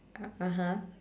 (uh huh)